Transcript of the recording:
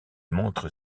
montre